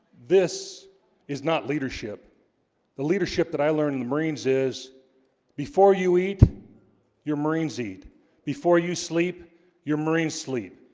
this is not leadership the leadership that i learned in the marines is before you eat your marines eat before you sleep your marines sleep